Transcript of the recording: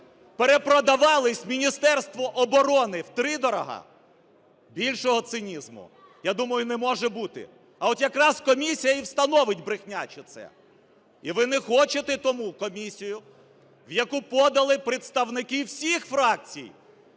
перепродавалась Міністерству оборони втридорога, більшого цинізму, я думаю, не може бути. (Шум у залі) А от якраз комісія і встановить, брехня чи це! І ви не хочете тому комісію, в яку подали представників всіх фракцій,